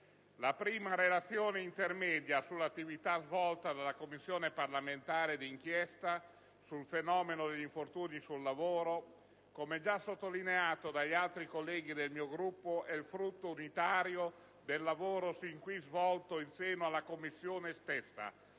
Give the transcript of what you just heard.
la prima Relazione intermedia sull'attività svolta dalla Commissione parlamentare d'inchiesta sul fenomeno degli infortuni sul lavoro, come già sottolineato dagli altri colleghi del mio Gruppo, è frutto del lavoro unitario fin qui svolto in seno alla Commissione stessa